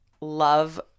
love